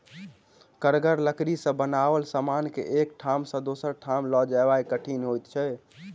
कड़गर लकड़ी सॅ बनाओल समान के एक ठाम सॅ दोसर ठाम ल जायब कठिन होइत छै